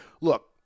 Look